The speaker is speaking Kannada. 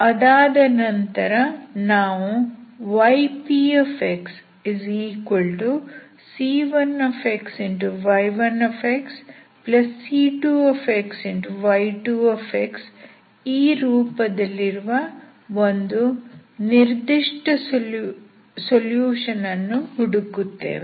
ಅದಾದ ನಂತರ ನಾವು ypc1xy1c2y2 ಈ ರೂಪದಲ್ಲಿರುವ ಒಂದು ನಿರ್ದಿಷ್ಟ ಸೊಲ್ಯೂಷನ್ ಅನ್ನು ಹುಡುಕುತ್ತೇವೆ